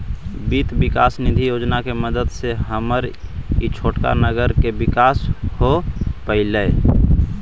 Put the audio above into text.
वित्त विकास निधि योजना के मदद से हमर ई छोटका नगर के विकास हो पयलई